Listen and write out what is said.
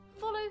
follow